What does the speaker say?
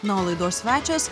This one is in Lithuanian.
na o laidos svečias